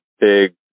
big